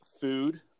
food